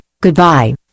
Goodbye